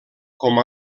com